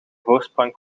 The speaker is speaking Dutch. voorsprong